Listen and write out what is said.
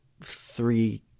three